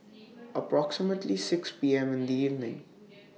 approximately six P M in The evening